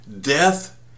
Death